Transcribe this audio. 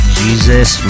jesus